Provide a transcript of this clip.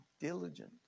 diligent